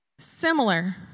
Similar